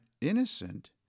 innocent